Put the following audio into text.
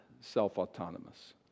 self-autonomous